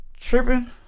Tripping